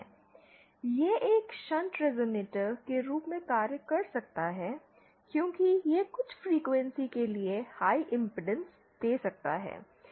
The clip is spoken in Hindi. यह एक शंट रेज़ोनेटर के रूप में कार्य कर सकता है क्योंकि यह कुछ फ्रीक्वेंसी के लिए हाई इंपेडेंस दे सकता है